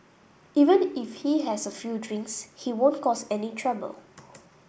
even if he has a few drinks he won't cause any trouble